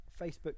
facebook